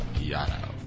yada